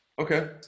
Okay